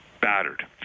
battered